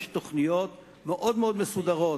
יש כאן תוכניות מאוד מאוד מסודרות,